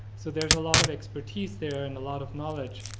so there's a lot of expertise there and a lot of knowledge.